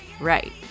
right